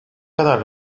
kadar